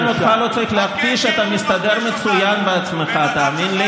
אני קורא אותך לסדר פעם ראשונה.